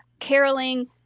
caroling